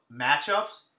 matchups